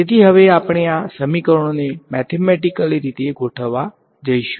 તેથી હવે આપણે આ સમીકરણોને મેથેમેટીકલી રીતે ગોઠવવા જઈશું